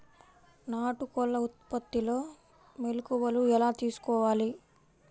నాటుకోళ్ల ఉత్పత్తిలో మెలుకువలు ఎలా తెలుసుకోవాలి?